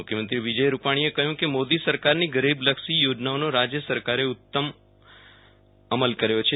મુખ્યમંત્રી વિજય રૂપાણીએ કહ્યું કે મોદી સરકારની ગરીબલક્ષી યોજનાઓનો રાજ્ય સરકારે ઉત્તમ અમલ કર્યો છે